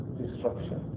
destruction